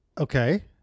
Okay